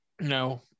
No